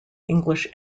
english